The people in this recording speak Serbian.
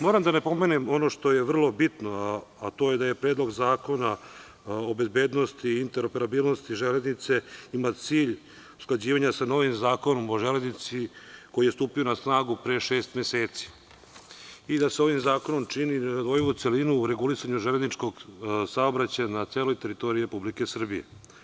Moram da napomenem ono što je vrlo bitno, a to je da je Predlog zakona o bezbednosti i interoperabilnosti železnice ima cilj usklađivanja sa novim Zakonom o železnici koji je stupio na snagu pre šest meseci, i da sa ovim zakonom čini nerazdvojivu celinu u regulisanju železničkog saobraćaja na celoj teritoriji Republike Srbije.